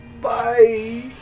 Bye